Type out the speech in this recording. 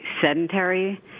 sedentary